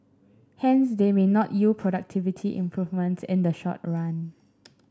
hence they may not yield productivity improvements in the short run